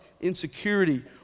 insecurity